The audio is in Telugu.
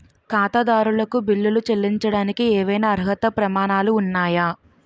ఖాతాదారులకు బిల్లులు చెల్లించడానికి ఏవైనా అర్హత ప్రమాణాలు ఉన్నాయా?